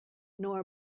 nor